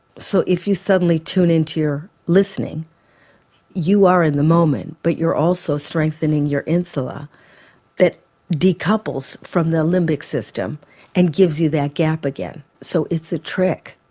so if you suddenly tune in in to your listening you are in the moment but you're also strengthening your insular that decouples from the limbic system and gives you that gap again. so it's a trick,